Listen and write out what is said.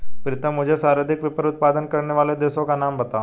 प्रीतम मुझे सर्वाधिक पेपर उत्पादन करने वाले देशों का नाम बताओ?